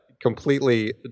Completely